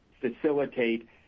facilitate